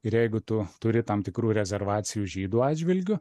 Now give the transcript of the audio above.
ir jeigu tu turi tam tikrų rezervacijų žydų atžvilgiu